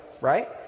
Right